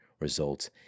results